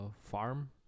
farm